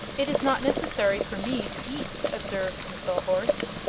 it is not necessary for me to eat, observed the sawhorse.